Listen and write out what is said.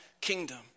kingdom